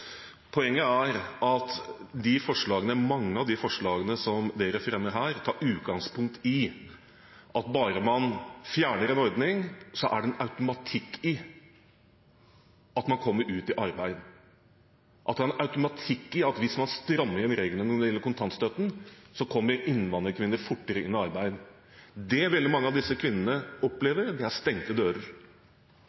Poenget er at mange av de forslagene som dere fremmer her, tar utgangspunkt i at bare man fjerner en ordning, er det en automatikk i at man kommer ut i arbeid, og at det er en automatikk i at hvis man strammer inn reglene når det gjelder kontantstøtten, kommer innvandrerkvinner fortere inn i arbeid. Det veldig mange av disse kvinnene